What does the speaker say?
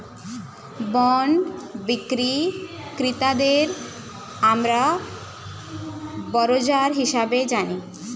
bond বিক্রি ক্রেতাদের আমরা বরোয়ার হিসেবে জানি